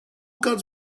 guns